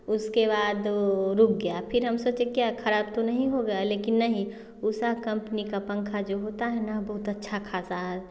उसके बाद तो वो रुक गया फिर हम सोचे क्या ख़राब तो नहीं हो गया लेकिन नहीं उषा कंपनी का पंखा जो होता है ना बहुत अच्छा ख़ासा